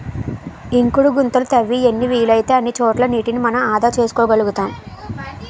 ఇంకుడు గుంతలు తవ్వి ఎన్ని వీలైతే అన్ని చోట్ల నీటిని మనం ఆదా చేసుకోగలుతాం